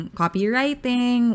copywriting